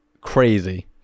crazy